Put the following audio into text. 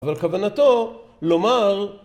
אבל כוונתו לומר